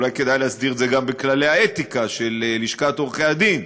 אולי כדאי להסדיר את זה גם בכללי האתיקה של לשכת עורכי-הדין,